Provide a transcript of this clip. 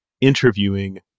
interviewing